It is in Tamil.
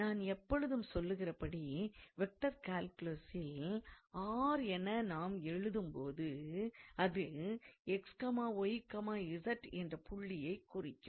நான் எப்பொழுதும் சொல்லுகிறபடி வெக்டார் கால்குலசில் r என நாம் எழுதும் போது அது x y z என்ற புள்ளியைக் குறிக்கும்